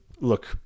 look